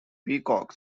peacock